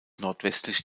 nordwestlich